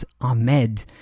Ahmed